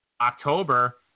October